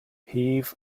heave